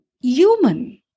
human